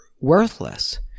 worthless